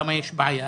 למה יש בעיה?